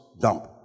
dump